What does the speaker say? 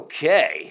Okay